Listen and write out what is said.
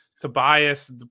Tobias